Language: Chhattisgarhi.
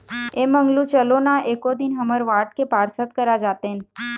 ऐ मंगलू चलो ना एको दिन हमर वार्ड के पार्षद करा जातेन